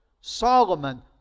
Solomon